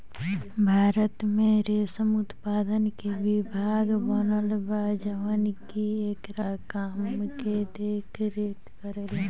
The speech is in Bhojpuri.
भारत में रेशम उत्पादन के विभाग बनल बा जवन की एकरा काम के देख रेख करेला